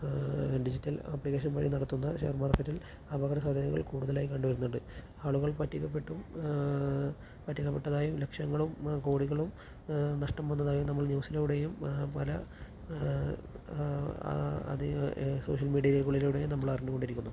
digital application വഴി നടത്തുന്ന share മാർക്കറ്റിൽ അപകട സാദ്ധ്യതകൾ കൂടുതലായി കണ്ട് വരുന്നുണ്ട് ആളുകൾ പറ്റിക്കപ്പെട്ടു പറ്റിക്കപ്പെട്ടതായും ലക്ഷങ്ങളും കോടികളും നഷ്ട്ടം വന്നതായും നമ്മൾ ന്യൂസിലൂടെയും പല സോഷ്യൽ മീഡിയയിലൂടെയും നമ്മളറിഞ്ഞ് കൊണ്ടിരിക്കുന്നു